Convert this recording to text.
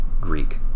Greek